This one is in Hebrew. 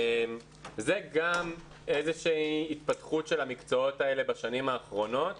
זה גם איזושהי התפתחות של המקצועות האלה בשנים האחרונות.